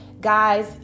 Guys